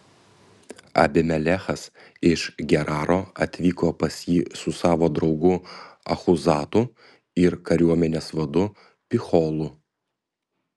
abimelechas iš geraro atvyko pas jį su savo draugu achuzatu ir kariuomenės vadu picholu